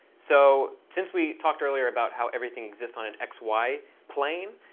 so since we talked earlier about how everything exists on an x, y plane,